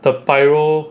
the pyro